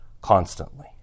constantly